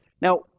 Now